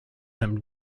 him